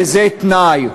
וזה תנאי,